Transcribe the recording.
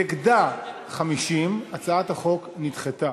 נגדה 50. הצעת החוק נדחתה.